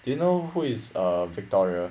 do you know who is err victoria